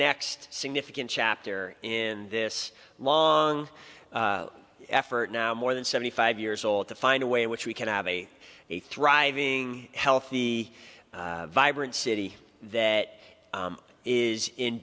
next significant chapter in this long effort now more than seventy five years old to find a way in which we can have a a thriving healthy vibrant city that is in